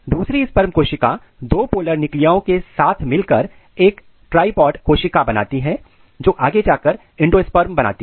दूसरी स्पर्म कोशिका दो पोलर न्यूक्लिआई के साथ मिलकर एक ट्राइपॉड कोशिका बनाती है जो आगे जाकर इंडोस्पर्म बनाती है